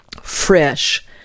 fresh